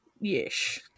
yes